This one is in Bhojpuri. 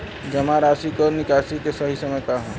जमा राशि क निकासी के सही समय का ह?